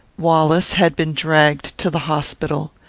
wallace had been dragged to the hospital.